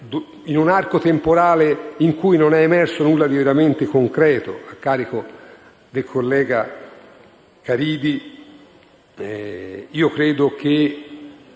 in un arco temporale in cui non è emerso nulla di veramente concreto a carico del collega Caridi, io credo che